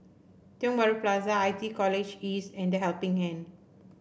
Tiong Bahru Plaza I T College East and The Helping Hand